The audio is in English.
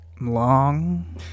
long